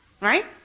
right